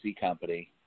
company